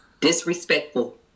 disrespectful